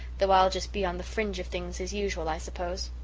though i'll just be on the fringe of things as usual, i suppose.